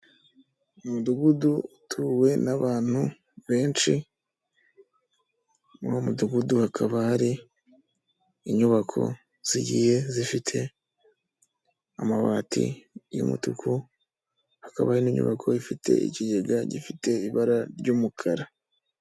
Umudugudu utuwe n'abantu benshi muri uw mudugudu hakaba hari inyubako zigiye zifite amabati y'umutuku hakaba hari n'inyubako ifite ikigega gifite ibara ry'umukara.